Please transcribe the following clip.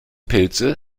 pilze